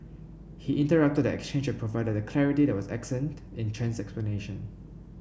he interrupted the exchange and provided the clarity that was absent in Chen's